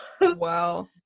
Wow